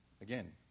Again